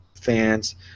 fans